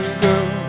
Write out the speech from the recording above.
girl